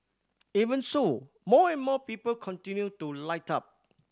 even so more and more people continue to light up